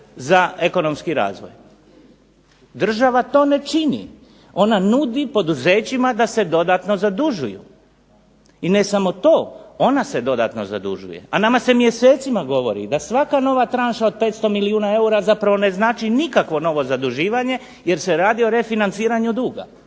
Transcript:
za ekonomski razvoj. Država to ne čini. Ona nudi poduzećima da se dodatno zadužuju. I ne samo to, onda se dodatno zadužuje, a nama se mjesecima govori da svaka nova tranša od 500 milijuna eura zapravo ne znači nikakvo novo zaduživanje jer se radi o refinanciranju duga,